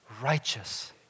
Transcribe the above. righteous